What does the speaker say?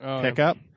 pickup